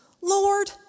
Lord